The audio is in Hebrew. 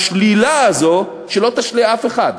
השלילה הזאת, שלא תשלה אף אחד,